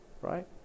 right